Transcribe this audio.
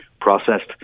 processed